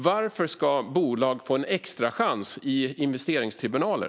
Varför ska bolag få en extrachans i investeringstribunaler?